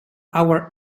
our